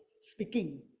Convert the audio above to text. speaking